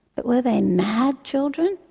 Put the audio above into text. but were they mad children,